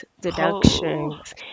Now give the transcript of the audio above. deductions